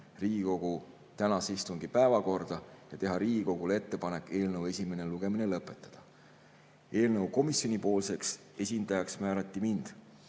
Riigikogu tänase istungi päevakorda ja teha Riigikogule ettepanek eelnõu esimene lugemine lõpetada. Komisjoni esindajaks määrati mind.